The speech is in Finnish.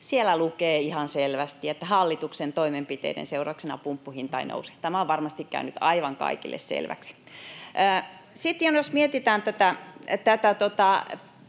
Siellä lukee ihan selvästi, että hallituksen toimenpiteiden seurauksena pumppuhinta ei nouse. Tämä on varmasti käynyt aivan kaikille selväksi. Sitten jos mietitään, että